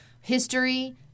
history